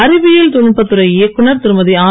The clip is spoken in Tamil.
அறிவியல் தொழில்நுட்பத் துறை இயக்குனர் திருமதிஆர்